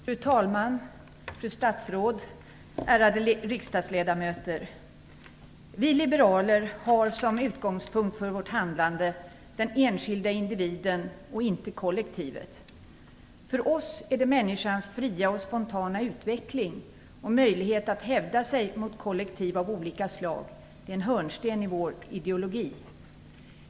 Fru talman! Fru statsrådet, ärade riksdagsledamöter! Vi liberaler har som utgångspunkt för vårt handlande den enskilda individen, inte kollektivet. Människans fria och spontana utveckling samt möjlighet att hävda sig mot kollektiv av olika slag är en hörnsten i vår ideologi.